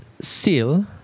seal